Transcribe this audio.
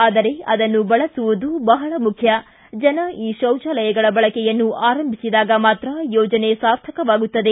ಆದರೆ ಅದನ್ನು ಬಳಸುವುದು ಬಹಳ ಮುಖ್ಯ ಜನ ಈ ಶೌಚಾಲಯಗಳ ಬಳಕೆಯನ್ನು ಆರಂಭಿಸಿದಾಗ ಮಾತ್ರ ಯೋಜನೆ ಸಾರ್ಥಕವಾಗುತ್ತದೆ